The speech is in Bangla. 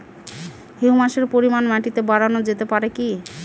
হিউমাসের পরিমান মাটিতে বারানো যেতে পারে কি?